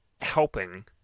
helping